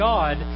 God